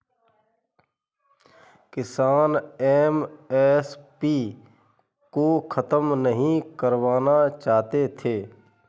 किसान एम.एस.पी को खत्म नहीं करवाना चाहते थे